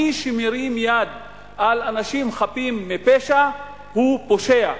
מי שמרים יד על אנשים חפים מפשע הוא פושע,